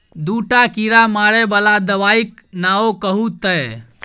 दूटा कीड़ा मारय बला दबाइक नाओ कहू तए